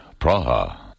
Praha